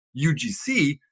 UGC